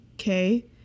okay